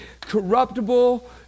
corruptible